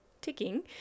ticking